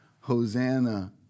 Hosanna